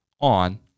on